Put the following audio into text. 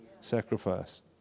sacrifice